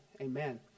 amen